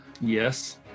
Yes